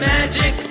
Magic